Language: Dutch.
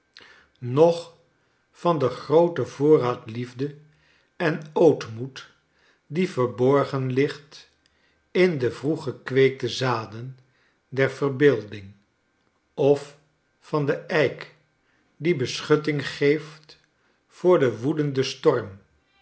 noch van den grooten voorraad liefde en ootrnoed die verborgen ligt in de vroeg gekweekte zaden der verbeelding of van den eik die beschutting geeft voor den woedenden storm